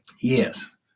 yes